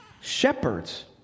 Shepherds